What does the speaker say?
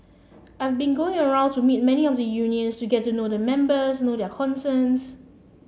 I've been going around to meet many of the unions to get to know the members know their concerns